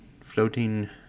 floating